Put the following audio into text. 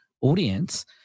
audience